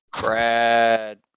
Brad